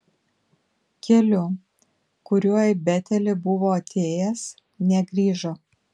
keliu kuriuo į betelį buvo atėjęs negrįžo